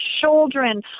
children